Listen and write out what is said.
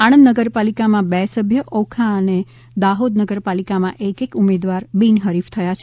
આણંદ નગરપાલિકા માં બે સભ્ય ઓખા અને દાહોદ નગરપાલિકા માં એક એક ઉમેદવાર બિનહરીફ થયા છે